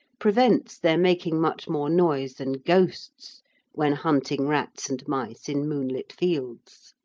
prevents their making much more noise than ghosts when hunting rats and mice in moonlit fields.